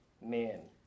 man